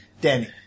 Danny